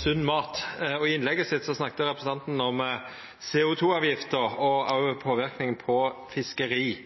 sunn mat. I innlegget sitt snakka representanten om CO 2 -avgifta og påverknaden på fiskeriet.